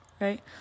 right